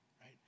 right